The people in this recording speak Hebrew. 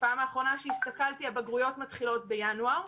בפעם האחרונה שהסתכלתי, הבגרויות מתחילות בינואר.